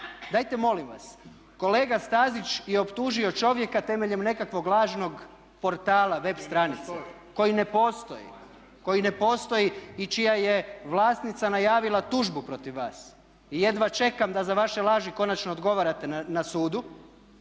Dajte molim vas, kolega Stazić je optužio čovjeka temeljem nekakvog lažnog portala, web stranice koji ne postoji i čija je vlasnica najavila tužbu protiv vas i jedva čekam da za vaše laži konačno odgovarate na sudu.